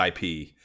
IP